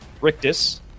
Rictus